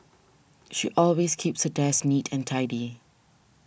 she always keeps her desk neat and tidy